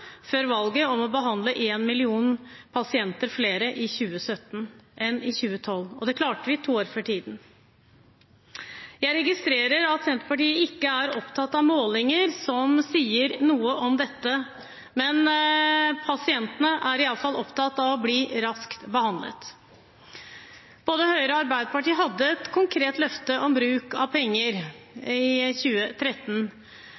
før valget om å behandle én million flere pasienter i 2017 enn i 2012, og det klarte vi to år før tiden. Jeg registrerer at Senterpartiet ikke er opptatt av målinger som sier noe om dette, men pasientene er iallfall opptatt av å bli raskt behandlet. Både Høyre og Arbeiderpartiet hadde et konkret løfte om bruk av